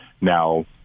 Now